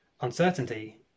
uncertainty